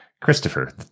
christopher